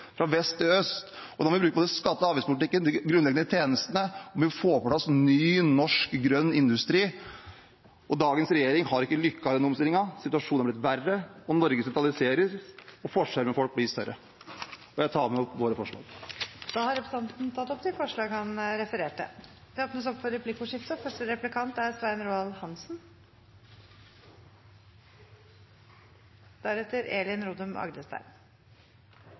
fra Finnmark i nord til Agder i sør, fra vest til øst. Da må vi bruke både skatte- og avgiftspolitikken, de grunnleggende tjenestene, og vi må få på plass ny norsk grønn industri. Dagens regjering har ikke lyktes i den omstillingen, situasjonen har blitt verre – Norge sentraliseres, og forskjellene mellom folk blir større. Jeg tar med det opp våre forslag. Representanten Trygve Slagsvold Vedum har tatt opp de forslagene han refererte til. Det blir replikkordskifte.